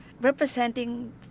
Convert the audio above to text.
representing